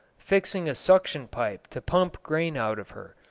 fixing a suction-pipe to pump grain out of her,